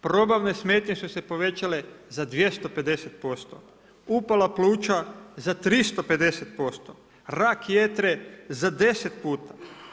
Probavne smetnje su se povećale za 250%, upala pluća za 350%, rak jetre za 10 puta.